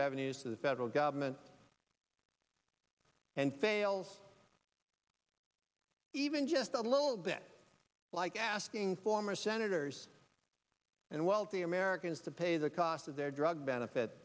revenues to the federal government and fails even just a little bit like asking former senators and wealthy americans to pay the cost of their drug benefit